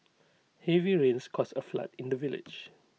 heavy rains caused A flood in the village